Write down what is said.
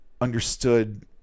understood